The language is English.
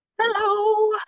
Hello